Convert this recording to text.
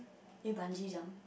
did you bungee jump